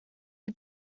are